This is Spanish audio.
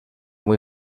muy